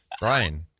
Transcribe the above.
Brian